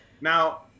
Now